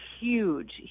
huge